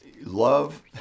love